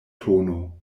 tono